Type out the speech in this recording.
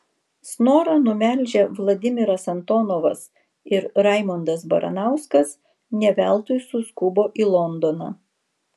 snorą numelžę vladimiras antonovas ir raimondas baranauskas ne veltui suskubo į londoną